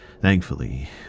thankfully